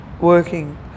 working